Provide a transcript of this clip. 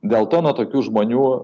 dėl to nuo tokių žmonių